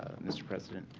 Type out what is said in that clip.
mr. president.